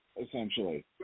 essentially